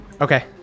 Okay